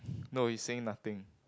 no he's saying nothing